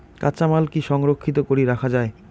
কাঁচামাল কি সংরক্ষিত করি রাখা যায়?